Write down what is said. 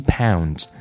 pounds